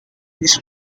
his